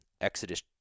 Exodus